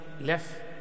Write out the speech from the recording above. left